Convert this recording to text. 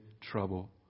trouble